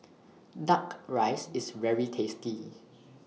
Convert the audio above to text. Duck Rice IS very tasty